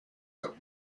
have